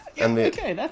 Okay